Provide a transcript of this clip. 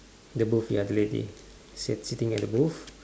the booth ya the lady sit~ sitting at the booth